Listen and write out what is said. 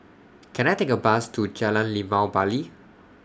Can I Take A Bus to Jalan Limau Bali